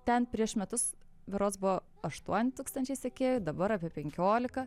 ten prieš metus berods buvo aštuoni tūkstančiai sekėjų dabar apie penkiolika